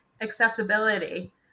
accessibility